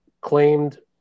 claimed